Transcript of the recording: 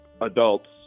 adults